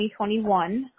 2021